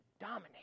dominate